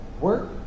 work